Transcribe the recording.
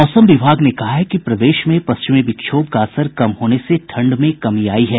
मौसम विभाग ने कहा है कि प्रदेश में पश्चिमी विक्षोभ का असर कम होने से ठंड में कमी आयी है